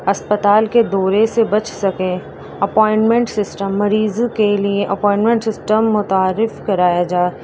اسپتال کے دورے سے بچ سکیں اپائنمنٹ سسٹم مریض کے لیے اپائنمنٹ سسٹم متعارف کرایا جائے